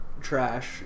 trash